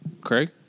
Craig